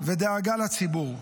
ודאגה לציבור.